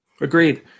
Agreed